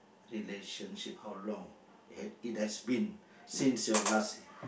relationship how long it it has been since your last